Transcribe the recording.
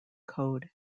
code